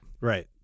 Right